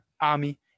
army